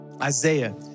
Isaiah